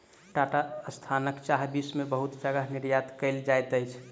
टाटा संस्थानक चाह विश्व में बहुत जगह निर्यात कयल जाइत अछि